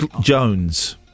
Jones